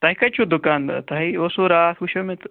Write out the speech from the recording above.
تۄہہِ کَتہِ چھُو دُکان تۄہہِ اوسوُ راتھ وُچھیو مےٚ تہٕ